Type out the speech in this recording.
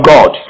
God